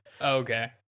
Okay